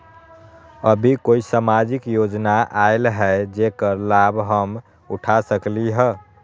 अभी कोई सामाजिक योजना आयल है जेकर लाभ हम उठा सकली ह?